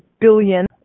billion